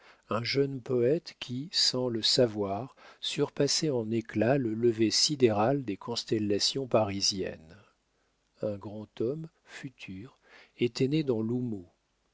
un jeune poète qui sans le savoir surpassait en éclat le lever sidéral des constellations parisiennes un grand homme futur était né dans